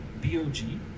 B-O-G